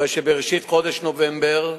הרי שבראשית חודש נובמבר,